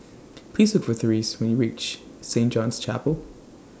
Please Look For Therese when YOU REACH Saint John's Chapel